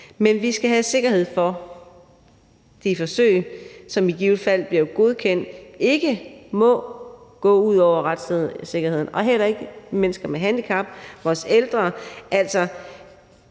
men vi skal have sikkerhed for, at de forsøg, som i givet fald bliver godkendt, ikke må gå ud over retssikkerheden, mennesker med handicap og vores ældre,